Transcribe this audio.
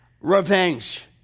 revenge